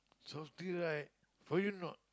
salty right for you not